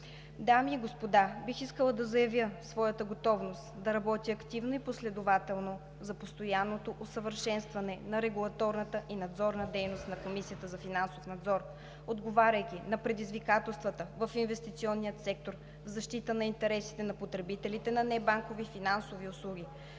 Дами и господа, бих искала да заявя своята готовност да работя активно и последователно за постоянното усъвършенстване на регулаторната и надзорна дейност на Комисията за финансов надзор, отговаряйки на предизвикателствата в инвестиционния сектор в защита на интересите на потребителите на небанкови финансови услуги.